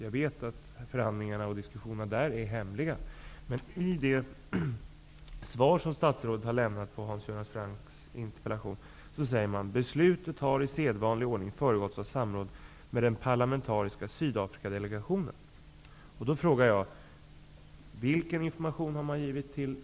Jag vet att förhandlingarna och diskussionerna där är hemliga. I det svar som statsrådet har lämnat på Hans Göran Francks interpellation står det att ''Beslutet har i sedvanlig ordning föregåtts av samråd med den parlamentariska Sydafrikadelegationen --.''